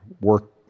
work